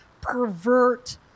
pervert